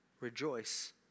Rejoice